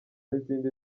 n’izindi